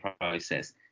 process